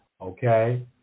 Okay